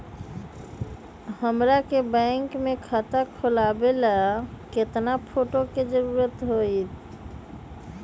हमरा के बैंक में खाता खोलबाबे ला केतना फोटो के जरूरत होतई?